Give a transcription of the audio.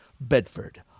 Bedford